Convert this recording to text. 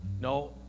No